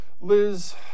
Liz